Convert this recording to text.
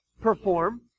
Perform